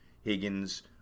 Higgins